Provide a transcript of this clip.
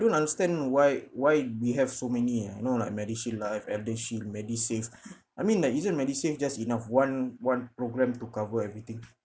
don't understand why why we have so many ah you know like medishield life eldershield medisave I mean like isn't medisave just enough one one program to cover everything